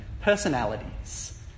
personalities